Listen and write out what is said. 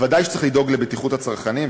ודאי שצריך לדאוג לבטיחות הצרכנים,